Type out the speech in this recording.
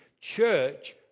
church